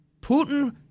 Putin